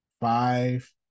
five